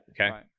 Okay